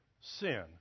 sin